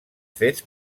fets